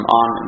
on